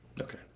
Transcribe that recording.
Okay